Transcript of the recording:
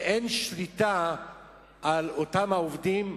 ואין שליטה על אותם עובדים,